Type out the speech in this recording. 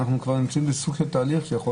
אנחנו כבר נמצאים בסוג של תהליך שיכול